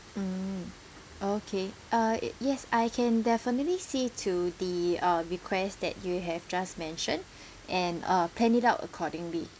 mm okay uh yes I can definitely see to the uh request that you have just mentioned and uh plan it out accordingly